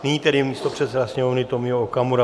Nyní tedy místopředseda sněmovny Tomio Okamura.